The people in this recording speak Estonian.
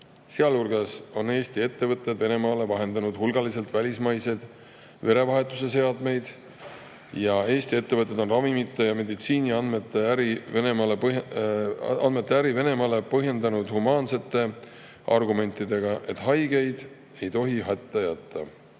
hulgas on Eesti ettevõtted Venemaale vahendanud hulgaliselt välismaiseid verevahetuse seadmeid. Eesti ettevõtted on ravimite ja meditsiini[seadmete] äri Venemaaga põhjendanud humaansete argumentidega, et haigeid ei tohi hätta jätta.